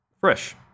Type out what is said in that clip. fresh